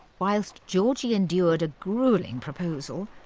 whilst georgie endured a gruelling proposal,